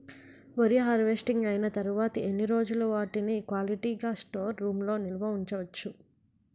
వరి హార్వెస్టింగ్ అయినా తరువత ఎన్ని రోజులు వాటిని క్వాలిటీ గ స్టోర్ రూమ్ లొ నిల్వ ఉంచ వచ్చు?